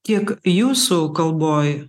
tiek jūsų kalboj